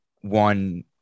one